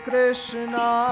Krishna